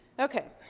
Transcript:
okay.